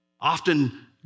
often